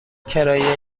کرایه